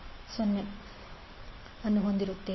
ಅನ್ನು ಹೊಂದಿಸುತ್ತೇವೆ